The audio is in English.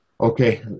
Okay